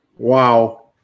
Wow